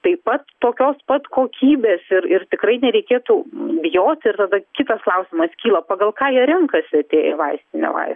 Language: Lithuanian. taip pat tokios pat kokybės ir ir tikrai nereikėtų bijoti ir tada kitas klausimas kyla pagal ką jie renkasi atėję į vaistinę vai